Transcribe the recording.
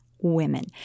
women